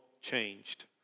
changed